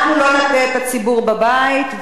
אנחנו לא נטעה את הציבור בבית,